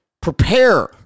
Prepare